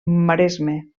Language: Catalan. maresme